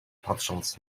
patrząc